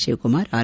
Shivakumar ಅರ್